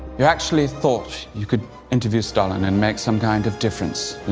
you actually thought you could interview stalin and make some kind of difference,